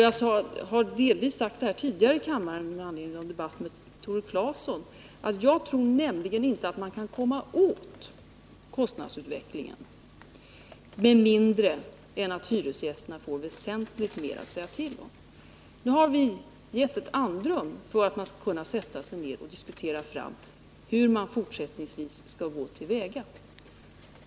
Jag har delvis sagt detta tidigare i kammaren med anledning av en debatt med Tore Claeson, då jag sade att jag inte tror att man kan komma åt kostnadsutvecklingen mindre än att hyresgästerna får väsentligt mer att säga till om än f. n. Nu har vi gett ett andrum för att man tillsammans skall kunna diskutera fram hur man fortsättningsvis skall gå till väga.